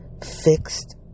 fixed